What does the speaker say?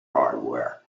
hardware